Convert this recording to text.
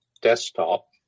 desktop